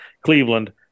Cleveland